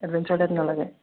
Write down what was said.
adventure type নালাগে